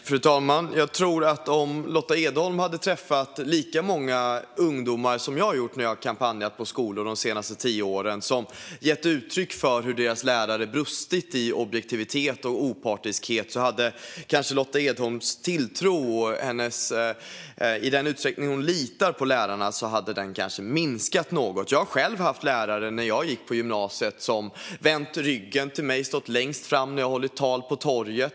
Fru talman! Jag tror att om Lotta Edholm hade träffat lika många ungdomar som jag gjort när jag kampanjat på skolor de senaste tio åren som gett uttryck för hur deras lärare brustit i objektivitet och opartiskhet hade Lotta Edholms tilltro till lärarna, i den utsträckning hon litar på dem, kanske minskat något. Jag har själv haft lärare på gymnasiet som stått längst fram och vänt ryggen till mig när jag hållit tal på torget.